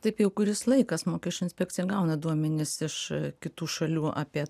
taip jau kuris laikas mokesčių inspekcija gauna duomenis iš kitų šalių apie